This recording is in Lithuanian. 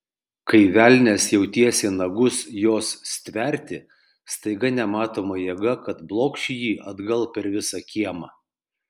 kai velnias jau tiesė nagus jos stverti staiga nematoma jėga kad blokš jį atgal per visą kiemą